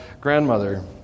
grandmother